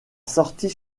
sortie